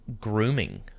grooming